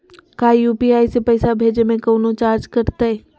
का यू.पी.आई से पैसा भेजे में कौनो चार्ज कटतई?